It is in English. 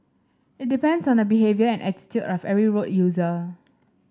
it depends on the behaviour and attitude of every road user